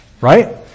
Right